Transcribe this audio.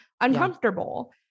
uncomfortable